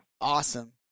Awesome